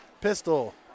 pistol